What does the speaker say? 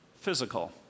physical